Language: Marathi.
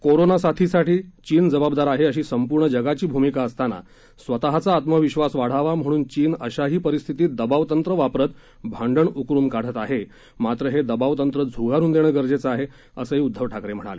कोरोनासाथीसाठी चीन जबाबदार आहे अशी संपूर्ण जगाची भूमिका असताना स्वतचा आत्मविश्वास वाढावा म्हणून चीन अशाही परिस्थितीत दबाव तंत्र वापरत भांडण उकरून काढत आहे मात्र हे दबाव तंत्र झुगारून देणं गरजेचं आहे असही उद्घव ठाकरे म्हणाले